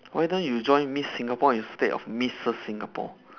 why don't you join miss singapore instead of missus singapore